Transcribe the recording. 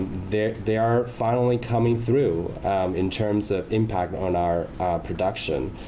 they are finally coming through in terms of impact on our production.